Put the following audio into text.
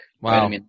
Wow